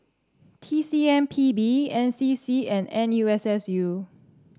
T C M P B N C C and N U S S U